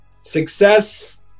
success